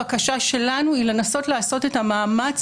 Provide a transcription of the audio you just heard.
הבקשה שלנו היא לנסות לעשות את המאמץ